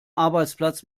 arbeitsplatz